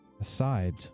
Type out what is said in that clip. Aside